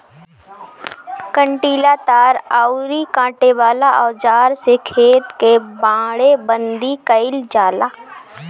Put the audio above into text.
कंटीला तार अउरी काटे वाला औज़ार से खेत कअ बाड़ेबंदी कइल जाला